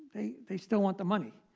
they they still want the money.